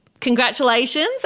Congratulations